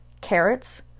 carrots